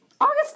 August